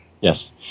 Yes